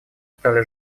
стали